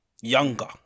Younger